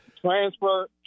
Transfer